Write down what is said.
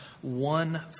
one